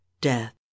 death